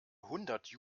hundert